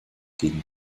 gegen